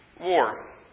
war